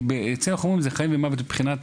כי מבחינתם זה חיים ומוות מבחינת